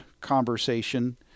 conversation